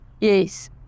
Yes